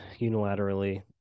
unilaterally